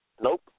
nope